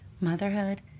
Motherhood